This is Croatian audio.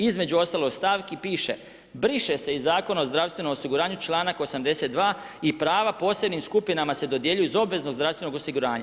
Između ostalog, stavki piše briše se iz Zakona o zdravstvenom osiguranju članak 82. i prava posebnim skupinama se dodjeljuju iz obveznog zdravstvenog osiguranja.